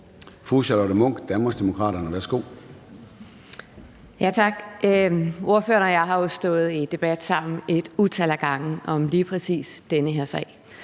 Fru Charlotte Munch, Danmarksdemokraterne. Værsgo. Kl. 13:36 Charlotte Munch (DD): Tak. Ordføreren og jeg har jo været i debat sammen et utal af gange om lige præcis den her sag.